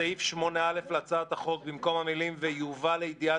בסעיף 7(א) להצעת החוק, בסופו יבוא: "הודעה